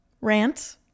rant